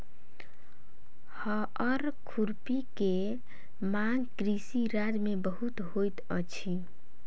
हअर खुरपी के मांग कृषि राज्य में बहुत होइत अछि